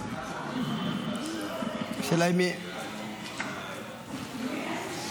סליחה שאני מפריע לך,